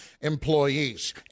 employees